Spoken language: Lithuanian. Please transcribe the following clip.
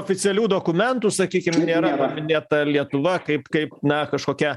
oficialių dokumentų sakykim nėra paminėta lietuva kaip kaip na kažkokia